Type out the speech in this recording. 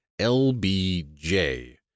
LBJ